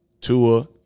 Tua